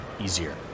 easier